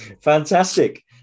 fantastic